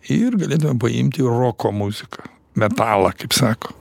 ir galėtume paimti roko muziką metalą kaip sako